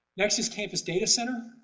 next is campus data center.